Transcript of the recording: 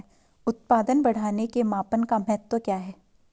उत्पादन बढ़ाने के मापन का महत्व क्या है?